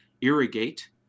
irrigate